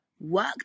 Work